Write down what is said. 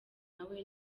nawe